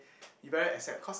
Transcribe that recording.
you better accept cause